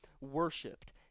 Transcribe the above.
worshipped